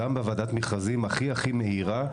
גם בוועדת המכרזים הכי מהירה,